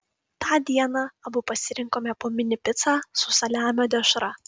tą dieną abu pasirinkome po mini picą su saliamio dešra